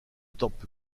temple